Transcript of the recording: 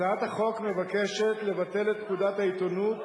הצעת החוק מבקשת לבטל את פקודת העיתונות